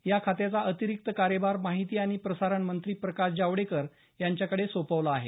या खात्याचा अतिरिक्त कार्यभार माहिती आणि प्रसारणमंत्री प्रकाश जावडेकर यांच्याकडे सोपवला आहे